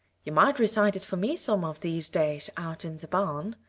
you might recite it for me some of these days, out in the barn,